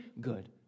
good